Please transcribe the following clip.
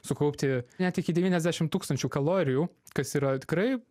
sukaupti net iki devyniasdešim tūkstančių kalorijų kas yra tikrai